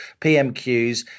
PMQs